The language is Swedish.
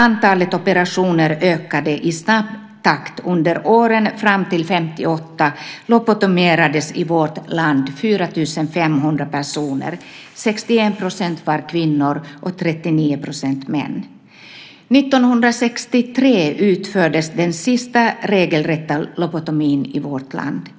Antalet operationer ökade i snabb takt, och under åren fram till 1958 lobotomerades i vårt land 4 500 personer. 61 % var kvinnor och 39 % var män. 1963 utfördes den sista regelrätta lobotomin i vårt land.